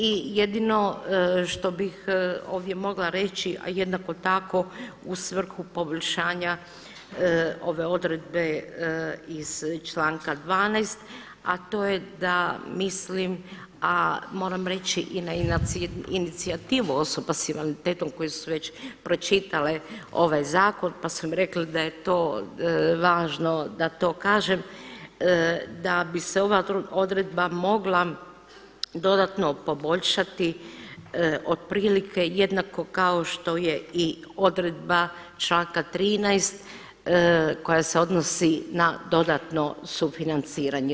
I jedino što bih ovdje mogla reći jednako tako u svrhu poboljšanja ove odredbe iz članka 12., a to je da mislim, a moram reći i na inicijativu osoba s invaliditetom koje su već pročitale ovaj zakon pa su rekli da je to važno da to kažem, da bi se ova odredba mogla dodatno poboljšati otprilike jednako kao što je i odredba članka 13. koja se odnosi na dodatno sufinanciranje.